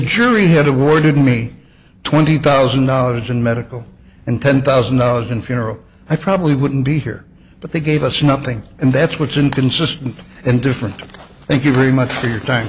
jury had a worded me twenty thousand dollars in medical and ten thousand dollars in funeral i probably wouldn't be here but they gave us nothing and that's what's inconsistent and different thank you very much for your time